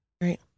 right